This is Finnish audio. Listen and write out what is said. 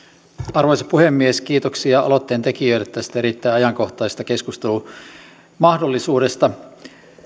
arvoisa puhemies kiitoksia aloitteen tekijöille tästä erittäin ajankohtaisesta keskustelumahdollisuudesta